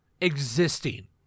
existing